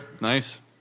Nice